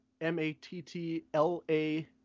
M-A-T-T-L-A